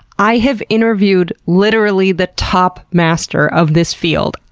i have interviewed literally the top master of this field,